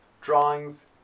drawings